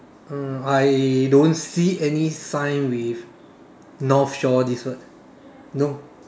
mm I don't see any sign with north shore this word no